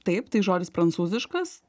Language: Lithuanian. taip tai žodis prancūziškas